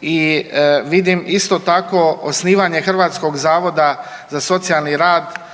i vidim isto tako osnivanje Hrvatskog zavoda za socijalni rad